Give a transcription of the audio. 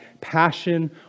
passion